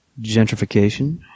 gentrification